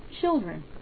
children